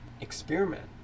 Experiment